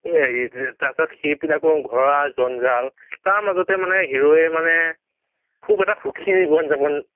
এয়া হেৰি তাৰ পিছত সেইপিনে আকৌ ঘৰুৱা জঞ্জাল তাৰ মাজতে মানে হিৰোয়ে মানে খুব এটা সুখী জীৱন যাপন